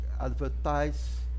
advertise